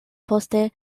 poste